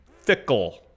fickle